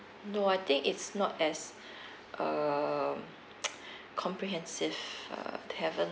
no I think it's not as err comprehensive uh they haven't